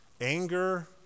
anger